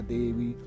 Devi